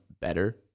better